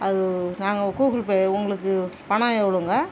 அது நாங்கள் Google Pay உங்களுக்கு பணம் எவ்வளோங்க